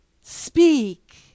Speak